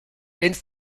into